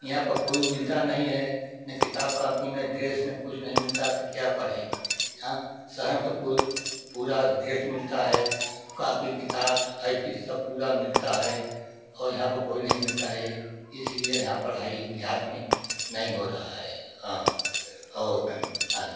यहाँ पर कोई मिलता नहीं है ना किताब कापी ना ड्रेस ना कुछ नहीं मिलता है तो क्या पढ़ें हा शहर में तो पुर पूरा ड्रेस मिलता है कापी किताब आई चीज सब पूरा मिलता है और यहाँ पर कोई नहीं मिलता है इसीलिए यहाँ पढ़ाई देहात में नहीं हो रहा है हाँ और अलग